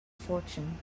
fortune